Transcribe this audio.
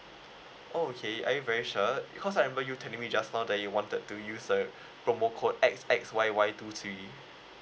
oh okay are you very sure because I remember you telling me just now that you wanted to use a promo code X X Y Y two three